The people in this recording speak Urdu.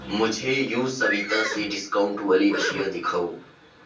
مجھے یوسویتا سے ڈسکاؤنٹ والی اشیاء دکھاؤ